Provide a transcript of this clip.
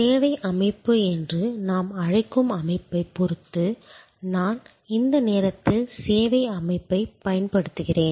சேவை அமைப்பு என்று நாம் அழைக்கும் அமைப்பைப் பொறுத்து நான் இந்த நேரத்தில் சேவை அமைப்பைப் பயன்படுத்துகிறேன்